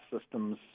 systems